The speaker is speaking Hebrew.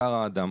נפטר האדם.